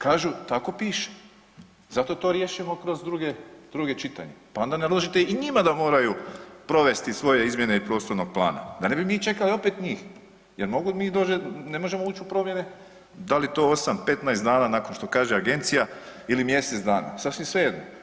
Kažu, tako piše, zato to riješimo kroz druga čitanja, pa onda naložite i njima da moraju provesti svoje izmjene iz prostornog plana, da ne bi mi čekali opet njih jer ne možemo uć u provjere, da li to 8, 15 dana nakon što kaže agencija ili mjesec dana, sasvim svejedno.